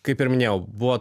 kaip ir minėjau buvo